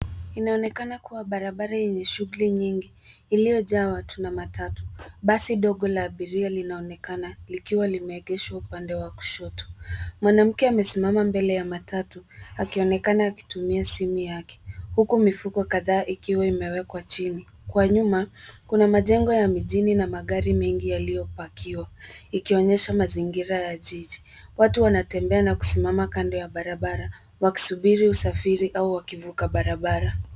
Inaonekana kuwa barabara yenye shughuli nyingi, iliyojaa watu na matatu. Basi dogo la abiria linaonekana likiwa limeegeshwa upande wa kushoto. Mwanamke amesimama mbele ya matatu, akionekana akitumia simu yake, huku mifuko kadhaa ikiwa imewekwa chini. Kwa nyuma, kuna majengo ya mijini na magari mengi yaliyopakiwa, ikionyesha mazingira ya jiji. Watu wanatembea na kusimama kando ya barabara, wakisubiri usafiri au wakivuka barabara.